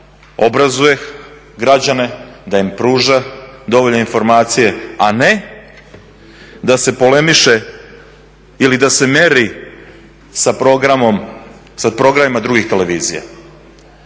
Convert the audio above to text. obrazuje građane, da im pruža dovoljno informacija, a ne da se polemizirala ili da se mjeri sa programima drugih televizija.